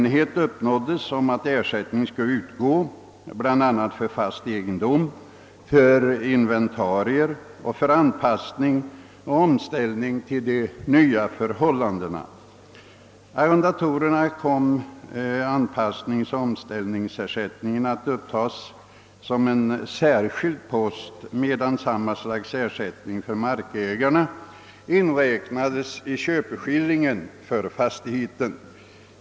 Enighet uppnåddes om att ersättning skulle utgå för bl.a. fast egendom och inventarier samt för anpassning och omställning till de nya förhållandena. För arrendatorerna kom anpassningsoch omställningsersättningen att upptagas som en särskilt post, medan samma slags ersättning för markägarna inräknades i köpeskillingen för fastigheten.